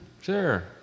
Sure